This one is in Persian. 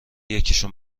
یکیشون